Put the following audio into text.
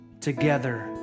together